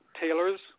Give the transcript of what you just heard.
tailors